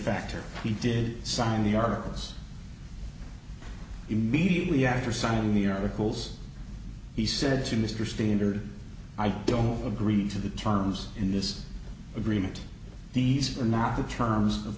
fact or he did sign the articles immediately after signing the articles he said to mr standard i don't agree to the terms in this agreement these are not the terms of